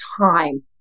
time